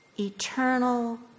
Eternal